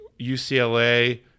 UCLA –